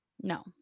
No